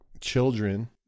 children